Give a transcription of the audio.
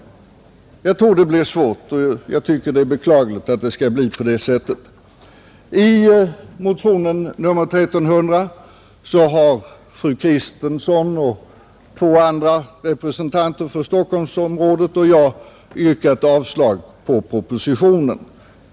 Jag tror det blir svårt, och jag tycker det är beklagligt att det skall bli på det sättet. I motionen 1300 har fru Kristensson, två andra representanter för Stockholmsområdet och jag yrkat avslag på propositionen.